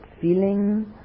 feeling